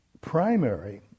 primary